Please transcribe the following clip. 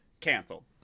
Cancel